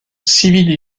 civils